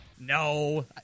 No